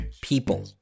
people